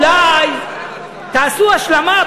אולי תעשו השלמה,